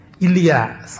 Ilya